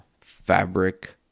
fabric